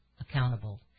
accountable